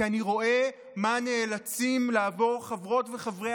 כי אני רואה מה נאלצים לעבור חברות וחברי